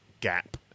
gap